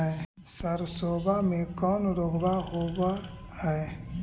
सरसोबा मे कौन रोग्बा होबय है?